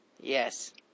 Yes